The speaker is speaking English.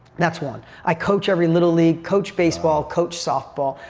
that's one. i coach every little league, coach baseball, coach softball,